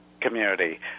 community